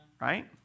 right